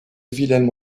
wilhelm